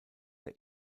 der